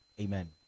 amen